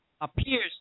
appears